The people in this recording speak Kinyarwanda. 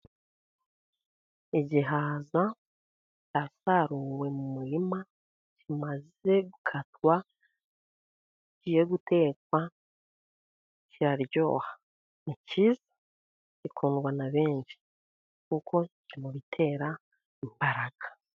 Igihaza cyasaruwe mu murima kimaze gukatwa, kigiye gutekwa, kiraryoha ni cyiza gikundwa na benshi kuko gitera imbaraga.